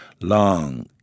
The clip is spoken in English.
long